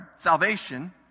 salvation